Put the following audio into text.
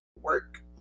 work